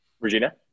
regina